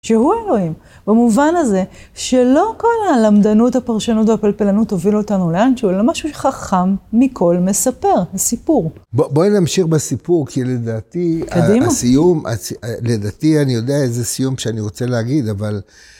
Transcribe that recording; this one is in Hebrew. שהוא אלוהים, במובן הזה שלא כל הלמדנות, הפרשנות והפלפלנות הובילו אותנו לאנשהו, אלא משהו שחכם מכל מספר, סיפור. בואי נמשיך בסיפור, כי לדעתי, הסיום, לדעתי, אני יודע איזה סיום שאני רוצה להגיד, אבל...